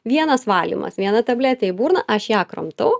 vienas valymas viena tabletė į burną aš ją kramtau